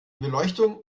beleuchtung